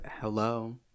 Hello